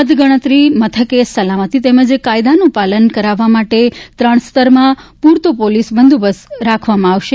મતગુજ્ઞતરી મથકે સલામતી તેમજ કાયદાનું પાલન કરાવવા માટે ઉ સ્તરમાં પુરતો પોલીસ બંદોબસ્ત રાખવામાં આવશે